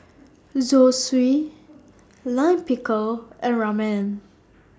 Zosui Lime Pickle and Ramen